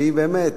שהיא באמת